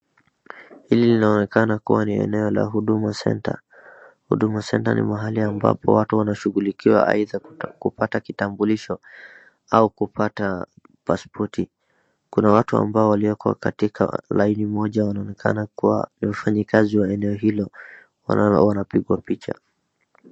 Hili linaonekana kuwa ni eneo la huduma centre . Huduma centre ni mahali ambapo watu wanashughuliwa aidha kupata kitamulisho au kupata paspoti. Kuna watu ambao waliwekwa laini moja wanaonekana kuwa wafanyikazi wa eneo hilo wanapigwa picha.